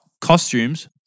Costumes